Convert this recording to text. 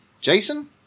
Jason